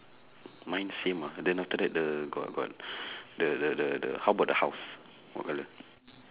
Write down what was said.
mine same ah then after that the got got the the the the how about the house what colour